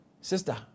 sister